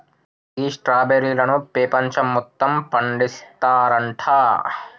గీ స్ట్రాబెర్రీలను పెపంచం మొత్తం పండిస్తారంట